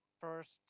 first